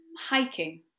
Hiking